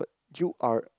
you are